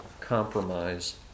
compromise